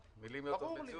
שוב, מילים מייצרות מציאות.